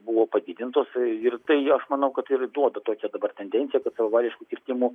buvo padidintos ir tai aš manau kad ir duoda dabar tendenciją kad savavališkų kirtimų